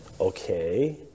Okay